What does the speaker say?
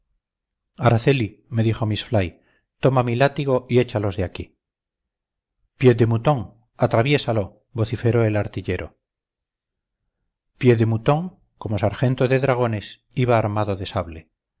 araceli me dijo miss fly toma mi látigo y échalos de aquí pied de mouton atraviésalo vociferó el artillero pied de moutoncomo sargento de dragones iba armado de sable